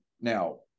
Now